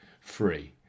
free